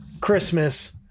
Christmas